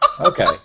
Okay